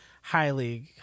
highly